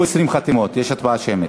נבחר ציבור שהורשע בעבירה שיש עמה קלון),